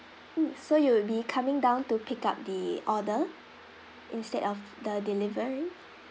mm so you'll be coming down to pick up the order instead of the delivery